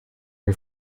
mir